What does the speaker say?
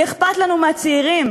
כי אכפת לנו מהצעירים.